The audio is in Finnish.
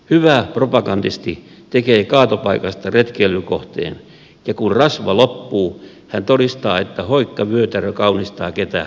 hyvä propagandisti tekee kaatopaikasta retkeilykohteen ja kun rasva loppuu hän todistaa että hoikka vyötärö kaunistaa ketä tahansa